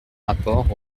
rapport